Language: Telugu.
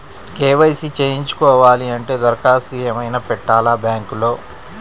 కే.వై.సి చేయించుకోవాలి అంటే దరఖాస్తు ఏమయినా పెట్టాలా బ్యాంకులో?